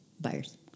buyers